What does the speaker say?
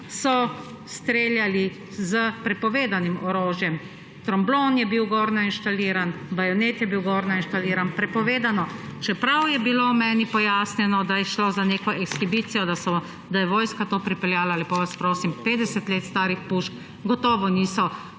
so streljali s prepovedanim orožjem, tromblon je bil gor inštaliran, bajonet je bil gor inštaliran. Prepovedano. Čeprav je bilo meni pojasnjeno, da je šlo za neko ekshibicijo, da je vojska to pripeljala. Lepo vas prosim, 50 let starih pušk gotovo niso pripeljali